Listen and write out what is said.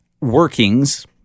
workings